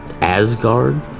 Asgard